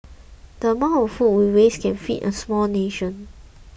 the amount of food we waste can feed a small nation